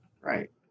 Right